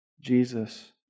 Jesus